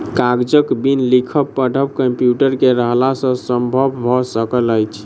कागजक बिन लिखब पढ़ब कम्प्यूटर के रहला सॅ संभव भ सकल अछि